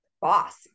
boss